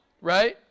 Right